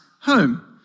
home